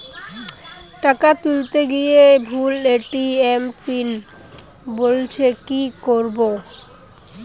টাকা তুলতে গিয়ে ভুল এ.টি.এম পিন বলছে কি করবো?